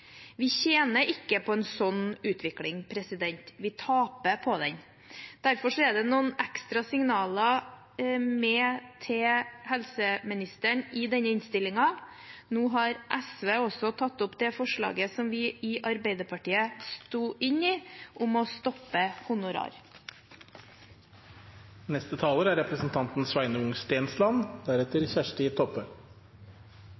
Vi tjener ikke på en sånn utvikling. Vi taper på den. Derfor er det noen ekstra signaler til helseministeren i denne innstillingen. Så har representanten fra SV tatt opp det forslaget som vi i Arbeiderpartiet står inne i, om å stoppe